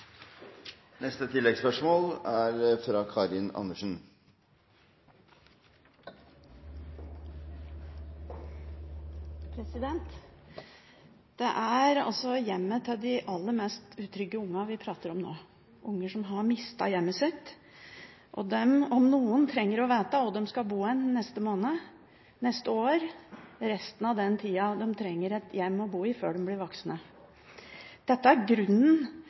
aller mest utrygge ungene vi nå prater om – unger som har mistet hjemmet sitt. Disse, om noen, trenger å vite hvor de skal bo neste måned, neste år – resten av den tida de trenger et hjem å bo i før de blir voksne. Dette er grunnen